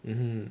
mmhmm